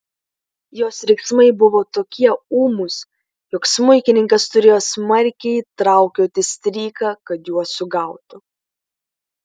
jos riksmai buvo tokie ūmūs jog smuikininkas turėjo smarkiai traukioti stryką kad juos sugautų